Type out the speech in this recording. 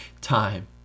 time